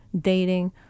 dating